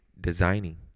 designing